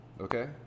okay